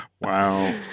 Wow